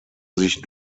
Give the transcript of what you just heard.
sich